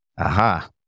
aha